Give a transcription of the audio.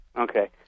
Okay